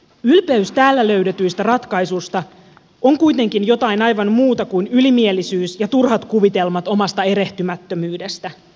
ylpeys täällä löydetyistä ratkaisuista on kuitenkin jotain aivan muuta kuin ylimielisyys ja turhat kuvitelmat omasta erehtymättömyydestä